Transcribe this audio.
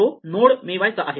तो नोड मिळवायचा आहे